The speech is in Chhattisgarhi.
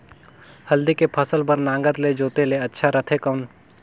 हल्दी के फसल बार नागर ले जोते ले अच्छा रथे कौन?